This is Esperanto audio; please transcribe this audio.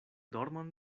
dormon